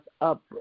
up